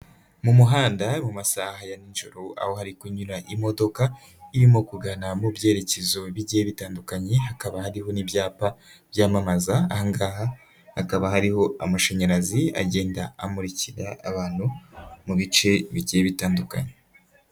Mu muhanda mu masaha ya ninjoro aho hari kunyura imodoka irimo kugana mu byerekezo bigiye bitandukanye, hakaba hariho n'ibyapa byamamaza, aha ngaha hakaba hariho amashanyarazi agenda amurikira abantu mu bice bigiye bitandukanye.